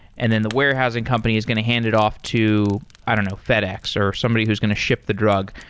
and then the warehousing company is going to hand it off to i don't know, fedex, or somebody who's going to ship the drug.